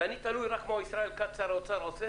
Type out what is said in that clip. ואני תלוי רק במה ששר האוצר ישראל כץ עושה?